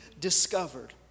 discovered